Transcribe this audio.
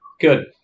good